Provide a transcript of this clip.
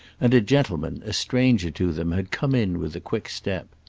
and a gentleman, a stranger to them, had come in with a quick step.